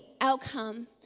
outcome